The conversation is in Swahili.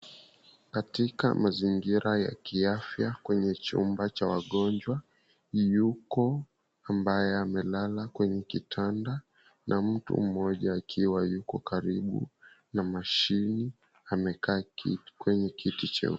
Katika mazingira ya kiafya kwenye chumba cha wagonjwa yuko ambaye amelala kwenye kitanda, mtu mmoja akiwa yuko karibu na mashini amekaa kwenye kiti cheupe.